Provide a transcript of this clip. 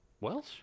Welsh